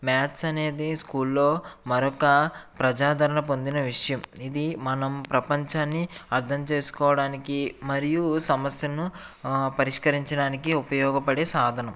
maths అనేది స్కూల్లో మరొక ప్రజ ఆధరణ పొందిన విషయం ఇది మనం ప్రపంచాన్ని అర్థం చేసుకోడానికి మరియు సమస్యలను పరిష్కరించడానికి ఉపయోగపడే సాధనం